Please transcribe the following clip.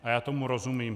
A já tomu rozumím.